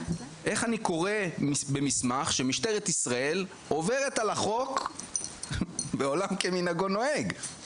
איך אני קורא במסמך שמשטרת ישראל עוברת על החוק ועולם כמנהגו נוהג,